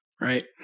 Right